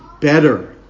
better